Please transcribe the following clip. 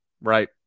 right